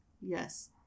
yes